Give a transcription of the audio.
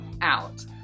out